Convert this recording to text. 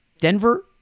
Denver